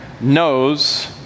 knows